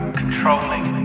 controlling